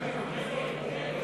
קבוצת